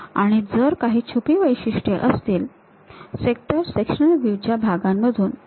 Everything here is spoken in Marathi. आणि जर काही छुपी वैशिष्ट्ये असतील सेक्शनल व्ह्यू च्या भागामधून त्यांना वगळणे गरजेचे आहे